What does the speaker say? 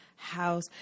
house